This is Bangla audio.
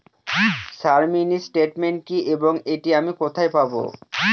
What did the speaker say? স্যার মিনি স্টেটমেন্ট কি এবং এটি আমি কোথায় পাবো?